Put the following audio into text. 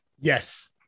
yes